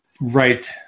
Right